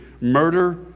murder